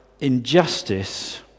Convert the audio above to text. injustice